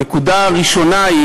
הנקודה הראשונה: